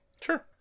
Sure